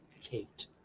Kate